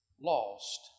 lost